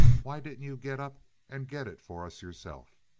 why didn't you get up and get it for us yourself?